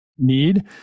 need